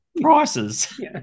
prices